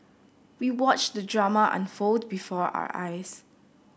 we watched the drama unfold before our eyes